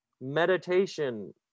meditation